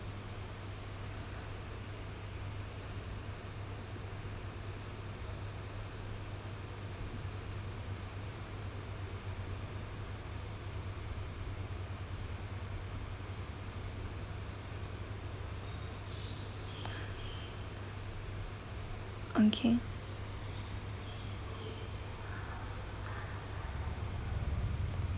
okay